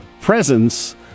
presence